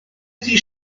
ydy